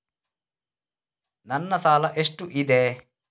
ನನ್ನ ಸಾಲ ಎಷ್ಟು ಇದೆ?